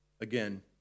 Again